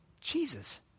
Jesus